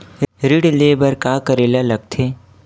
ऋण ले बर का करे ला लगथे?